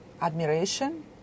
admiration